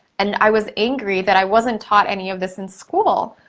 and i was angry that i wasn't taught any of this in school.